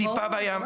טיפה בים.